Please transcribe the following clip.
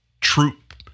troop